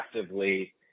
actively